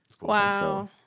Wow